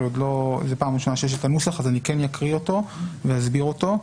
אבל זו פעם ראשונה שיש את הנוסח אז אני כן אקריא אותו ואסביר אותו.